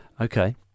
Okay